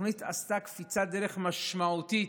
התוכנית עשתה קפיצת דרך משמעותית,